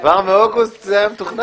כבר באוגוסט זה היה מתוכנן?